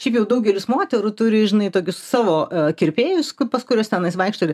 šiaip jau daugelis moterų turi žinai tokius savo kirpėjus pas kuriuos tenais vaikšto ir